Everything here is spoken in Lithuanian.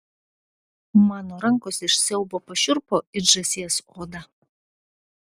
mano rankos iš siaubo pašiurpo it žąsies oda